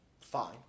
fine